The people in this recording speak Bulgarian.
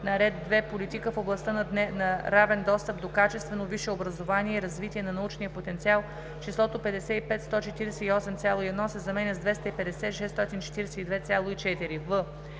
на ред 2. Политика в областта на равен достъп до качествено висше образование и развитие на научния потенциал числото „55 148,1“ се заменя с ,,250 642,4“;